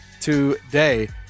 today